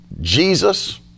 Jesus